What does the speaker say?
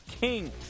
King